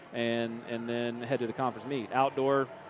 and and then head to the conference meat. outdoor,